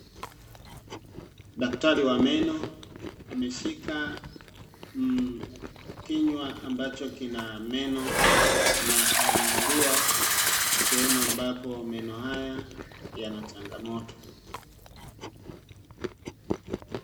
Daktari wa meno, ameshika mhh kinywa ambacho kina meno na anaangalia sehemu ambapo meno haya yana changamoto.